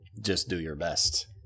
just-do-your-best